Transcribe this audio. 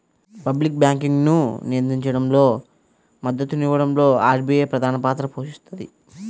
public బ్యాంకింగ్ను నియంత్రించడంలో, మద్దతునివ్వడంలో ఆర్బీఐ ప్రధానపాత్ర పోషిస్తది